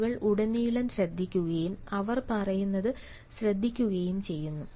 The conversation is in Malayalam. ആളുകൾ ഉടനീളം ശ്രദ്ധിക്കുകയും അവർ പറയുന്നത് ശ്രദ്ധിക്കുകയും ചെയ്യുന്നു